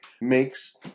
makes